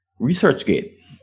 ResearchGate